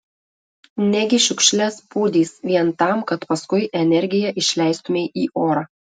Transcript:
negi šiukšles pūdys vien tam kad paskui energiją išleistumei į orą